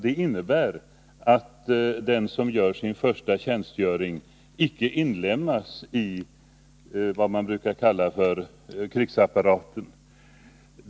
Det innebär nämligen att den som gör sin första tjänstgöring icke inlemmas i vad man brukar kalla för krigsapparaten.